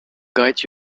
guide